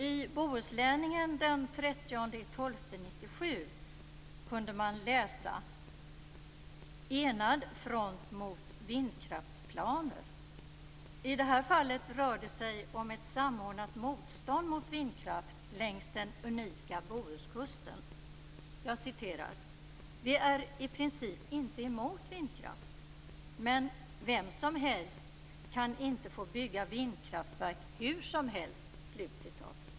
I Bohuslänningen den 30 december 1997 kunde man läsa: "Enad front mot vinkraftsplaner". I det här fallet rör det sig om ett samordnat motstånd mot vindkraft längs den unika bohuskusten. Man skriver: "Vi är i princip inte emot vindkraftverk. Men vem som helst skall inte få bygga vindkraftverk hur som helst!"